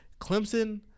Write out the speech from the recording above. Clemson